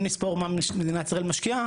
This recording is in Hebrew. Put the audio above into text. אם נספור מה מדינת ישראל משקיעה,